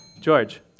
George